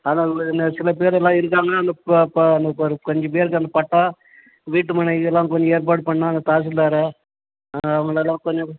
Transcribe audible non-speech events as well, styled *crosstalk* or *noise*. *unintelligible* இந்த சிலபேர் எல்லாம் இருக்காங்க அந்த ப ப அந்த ஒரு கொஞ்சப்பேருக்கு அந்த பட்டா வீட்டு மனை இதெல்லாம் கொஞ்சம் ஏற்பாடு பண்ணும் அந்த தாசில்தாரை அவங்களலாம் கொஞ்சம்